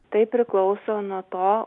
tai priklauso nuo to